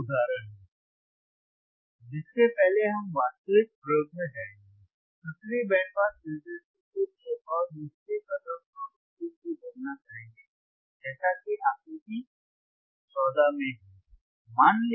यह एक और उदाहरण है जिसके पहले हम वास्तविक प्रयोग में जाएंगे सक्रिय बैंड पास फिल्टर की उच्च और निचली कट ऑफ आवृत्तियों की गणना करेंगे जैसा कि आकृति 14 में है